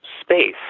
space